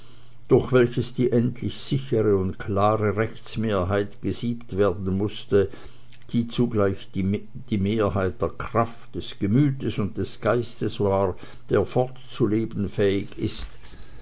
durch welches die endlich sichere und klare rechtsmehrheit gesiebt werden mußte die zugleich die mehrheit der kraft des gemütes und des geistes war der fortzuleben fähig ist